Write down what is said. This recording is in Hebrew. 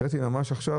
הקראתי ממש עכשיו,